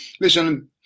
listen